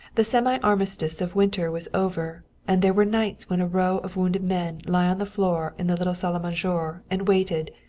the semi-armistice of winter was over, and there were nights when a row of wounded men lay on the floor in the little salle a manger and waited,